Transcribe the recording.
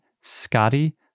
Scotty